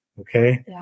okay